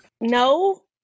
No